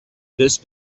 this